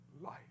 life